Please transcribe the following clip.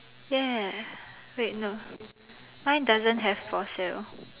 ya wait no mine doesn't have for sale